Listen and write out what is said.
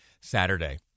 Saturday